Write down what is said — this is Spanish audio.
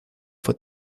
fue